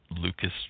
Lucas